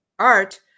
art